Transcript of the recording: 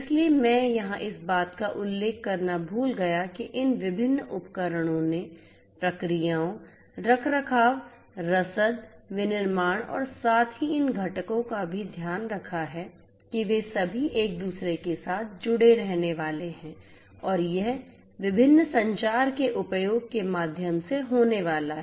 इसलिए मैं यहाँ इस बात का उल्लेख करना भूल गया कि इन विभिन्न उपकरणों ने प्रक्रियाओं रखरखाव रसद विनिर्माण और साथ ही इन घटकों का भी ध्यान रखा है कि वे सभी एक दूसरे के साथ जुड़े रहने वाले हैं और यह विभिन्न संचार के उपयोग के माध्यम से होने वाला है